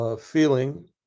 Feeling